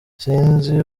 sinzi